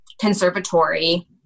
conservatory